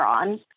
on